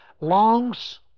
longs